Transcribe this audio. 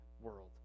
world